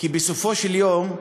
כי בסופו של יום,